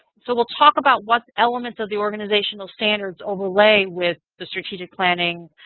so we'll talk about what elements of the organizational standards overlay with the strategic planning